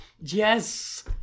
Yes